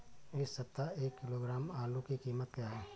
इस सप्ताह एक किलो आलू की कीमत क्या है?